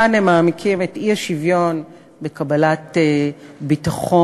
כאן הם מעמיקים את האי-שוויון בקבלת ביטחון,